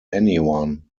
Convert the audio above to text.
anyone